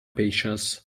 patience